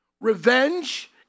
Revenge